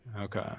okay